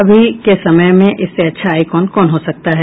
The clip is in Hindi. अभी के समय में इससे अच्छा आईकॉन कौन हो सकता है